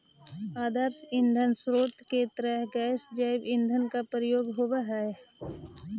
आदर्श ईंधन स्रोत के तरह गैस जैव ईंधन के प्रयोग होवऽ हई